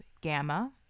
gamma